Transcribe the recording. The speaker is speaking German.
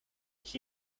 mich